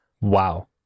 wow